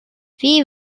wie